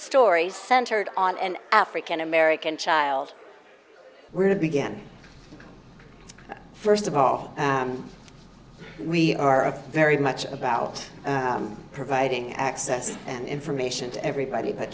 stories centered on an african american child were to begin first of all we are very much about providing access and information to everybody but